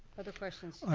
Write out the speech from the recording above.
other questions?